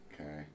okay